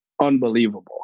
unbelievable